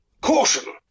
Caution